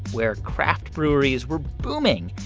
where craft breweries were booming.